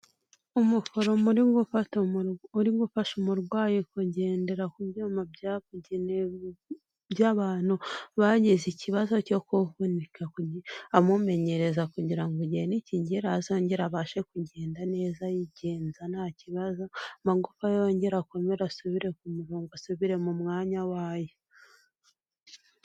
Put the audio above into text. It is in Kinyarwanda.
Umuforomo uri gufasha umurwayi kugendera ku byuma byabugenewe by'abantu, bagize ikibazo cyo kuvunika, amumenyereza kugira ngo igihe ni kigera, azongere abashe kugenda neza yigenza nta kibazo, amagufa ye yongera akomere asubire ku murongo, asubire mu mwanya wayo.